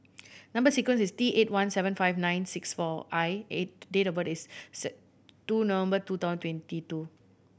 number sequence is T eight one seven five nine six four I and date of birth is two November two thousand twenty two